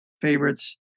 favorites